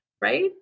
right